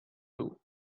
two